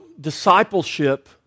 discipleship